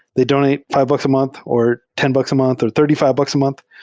they donate five books a month or ten bucks a month or thirty five bucks a month.